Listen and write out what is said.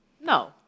No